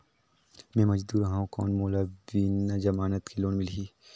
मे मजदूर हवं कौन मोला बिना जमानत के लोन मिलही?